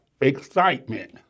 excitement